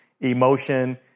emotion